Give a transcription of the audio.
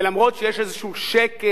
ואף שיש איזה שקט,